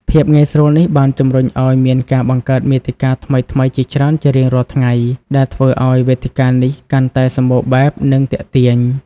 ភាពងាយស្រួលនេះបានជំរុញឱ្យមានការបង្កើតមាតិកាថ្មីៗជាច្រើនជារៀងរាល់ថ្ងៃ ដែលធ្វើឱ្យវេទិកានេះកាន់តែសម្បូរបែប និងទាក់ទាញ។